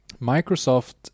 Microsoft